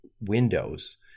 windows